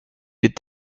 est